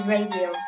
Radio